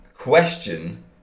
question